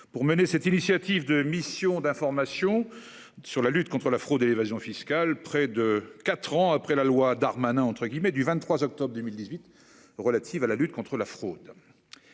Pour mener cette initiative de mission d'information sur la lutte contre la fraude et l'évasion fiscale. Près de 4 ans après la loi Darmanin entre guillemets du 23 octobre 2018, relative à la lutte contre la fraude.